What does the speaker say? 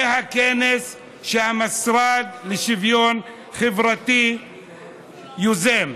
זה הכנס שהמשרד לשוויון חברתי יוזם.